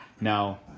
Now